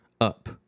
up